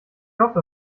hoffe